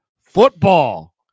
football